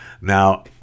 Now